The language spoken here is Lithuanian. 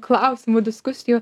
klausimų diskusijų